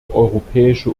europäische